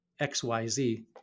xyz